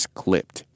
clipped